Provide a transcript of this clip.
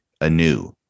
anew